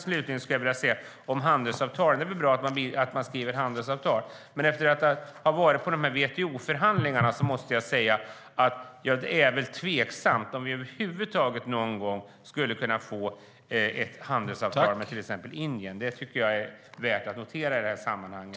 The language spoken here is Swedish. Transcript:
Slutligen vill jag säga att det är bra att man skriver handelsavtal. Men efter att ha varit på WTO-förhandlingarna måste jag säga att jag tror att det är tveksamt om vi över huvud taget någon gång skulle kunna få ett handelsavtal med till exempel Indien. Det tycker jag är värt att notera i det här sammanhanget.